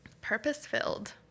purpose-filled